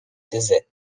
taisait